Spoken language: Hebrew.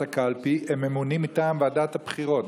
הקלפי הם ממונים מטעם ועדת הבחירות,